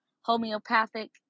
homeopathic